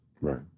Right